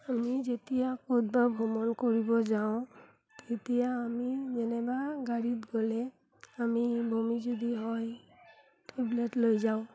আমি যেতিয়া ক'বাত ভ্ৰমণ কৰিব যাওঁ তেতিয়া আমি যেনেবা গাড়ীত গ'লে আমি বমি যদি হয় টেবলেট লৈ যাওঁ